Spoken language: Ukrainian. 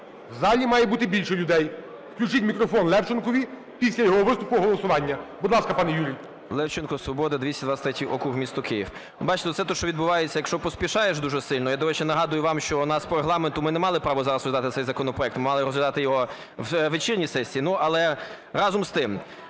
в залі має бути більше людей. Включіть мікрофон Левченкові, після його виступу – голосування. Будь ласка, пане Юрій. 11:35:54 ЛЕВЧЕНКО Ю.В. Левченко, "Свобода", 223 округ, місто Київ. Бачите, це те, що відбувається, якщо поспішаєш дуже сильно. Я, до речі, нагадую вам, що в нас по Регламенту, ми не мали права зараз розглядати цей законопроект, ми мали розглядати його на вечірній сесії. Ну, але разом з тим,